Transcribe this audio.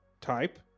type